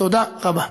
תודה רבה.